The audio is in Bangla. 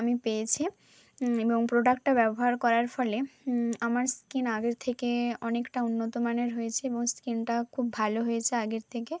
আমি পেয়েছি এবং প্রোডাক্টটা ব্যবহার করার ফলে আমার স্কিন আগের থেকে অনেকটা উন্নত মানের হয়েছে এবং স্কিনটা খুব ভালো হয়েছে আগের থেকে